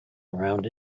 around